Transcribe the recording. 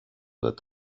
that